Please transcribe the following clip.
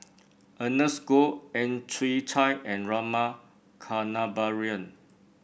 Ernest Goh Ang Chwee Chai and Rama Kannabiran